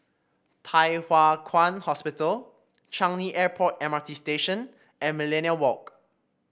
Thye Hua Kwan Hospital Changi Airport M R T Station and Millenia Walk